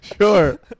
Sure